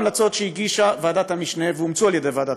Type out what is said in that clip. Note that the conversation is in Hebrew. ההמלצות שהגישה ועדת המשנה ואומצו על ידי ועדת